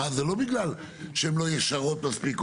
זה לא בגלל שהן לא ישרות מספיק.